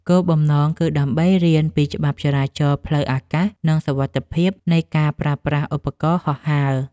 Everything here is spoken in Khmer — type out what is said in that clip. គោលបំណងគឺដើម្បីរៀនពីច្បាប់ចរាចរណ៍ផ្លូវអាកាស និងសុវត្ថិភាពនៃការប្រើប្រាស់ឧបករណ៍ហោះហើរ។